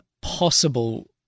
possible